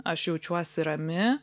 aš jaučiuosi rami